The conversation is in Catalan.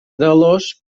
delos